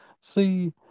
see